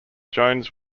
jones